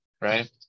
right